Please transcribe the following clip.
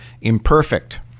imperfect